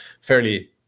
fairly